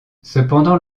cependant